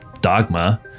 dogma